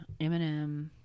Eminem